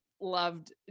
Loved